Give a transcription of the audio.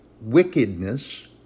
wickedness